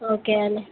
okay అండి